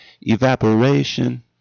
evaporation